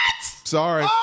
Sorry